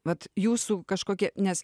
vat jūsų kažkokie nes